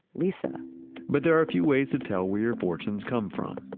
lisa but there are a few ways to tell where your fortunes come from.